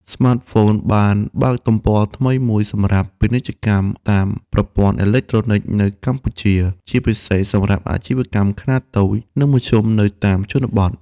ស្មាតហ្វូនបានបើកទំព័រថ្មីមួយសម្រាប់ ពាណិជ្ជកម្មតាមប្រព័ន្ធអេឡិចត្រូនិក នៅកម្ពុជា ជាពិសេសសម្រាប់អាជីវកម្មខ្នាតតូច និងមធ្យមនៅតាមជនបទ។